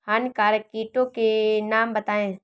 हानिकारक कीटों के नाम बताएँ?